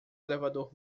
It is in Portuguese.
elevador